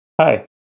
Hi